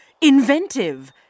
inventive